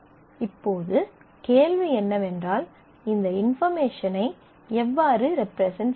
இப்போது கேள்வி என்னவென்றால் இந்த இன்பார்மேஷனை எவ்வாறு ரெப்ரசன்ட் செய்வது